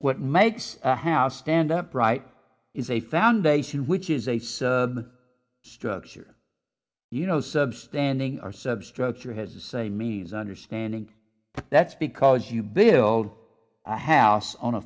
what makes a house stand upright is a foundation which is a structure you know sub standing are substructure has the same means understanding that's because you build a house on a